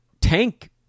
tank